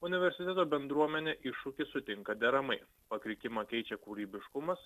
universiteto bendruomenė iššūkį sutinka deramai pakrikimą keičia kūrybiškumas